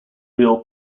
real